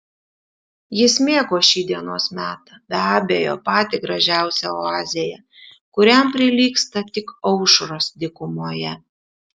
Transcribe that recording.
jis mėgo šį dienos metą be abejo patį gražiausią oazėje kuriam prilygsta tik aušros dykumoje